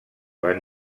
van